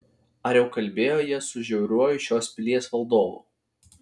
ar jau kalbėjo jie su žiauriuoju šios pilies valdovu